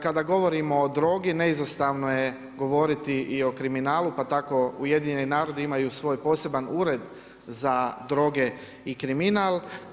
Kada govorimo o drogi neizostavno je govoriti i o kriminalu pa tako UN imaju svoj poseban ured za droge i kriminal.